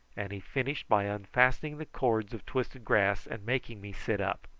and he finished by unfastening the cords of twisted grass and making me sit up.